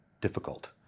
difficult